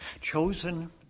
Chosen